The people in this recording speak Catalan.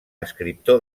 escriptor